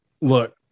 look